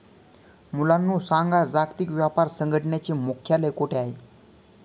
मुलांनो सांगा, जागतिक व्यापार संघटनेचे मुख्यालय कोठे आहे